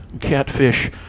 catfish